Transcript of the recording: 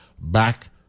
back